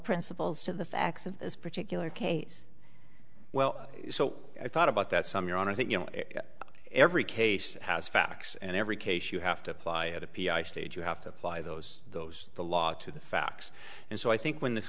principles to the facts of this particular case well so i thought about that some your honor that you know every case has facts and every case you have to apply at a p r stage you have to apply those those the law to the facts and so i think when th